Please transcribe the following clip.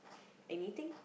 anything